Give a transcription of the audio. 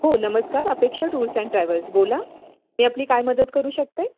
हो नमस्कार Apeksha tours and travels बोला मी आपली काय मदत करू शकते